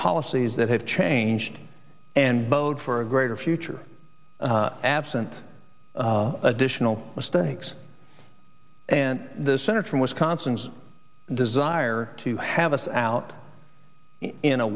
policies that have changed and bode for a greater future absent additional mistakes and the senator from wisconsin's desire to have us out in a